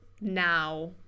now